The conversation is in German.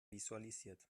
visualisiert